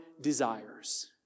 desires